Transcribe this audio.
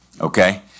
okay